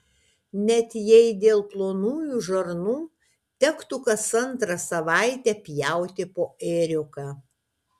net jei dėl plonųjų žarnų tektų kas antrą savaitę pjauti po ėriuką